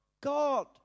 God